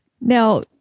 Now